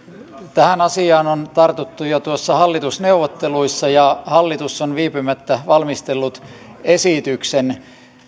tähän asiaan on tartuttu jo tuossa hallitusneuvotteluissa ja hallitus on viipymättä valmistellut esityksen